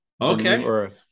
okay